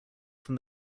from